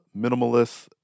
minimalist